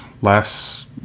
less